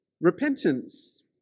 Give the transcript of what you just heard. repentance